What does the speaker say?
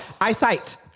Eyesight